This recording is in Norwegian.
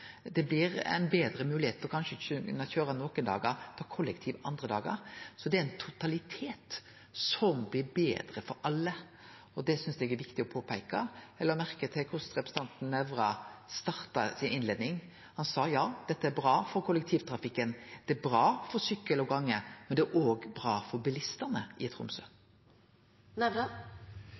det blir ein betre moglegheit til kanskje å køyre nokre dagar og ta kollektiv transport andre dagar. Så det er ein totalitet som blir betre for alle, og det synest eg er viktig å peike på. Eg la merke til korleis representanten Nævra starta innleiinga si. Han sa at dette er bra for kollektivtrafikken, det er bra for sykkel og gange, men det er òg bra for bilistane i Tromsø.